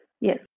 Yes